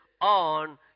on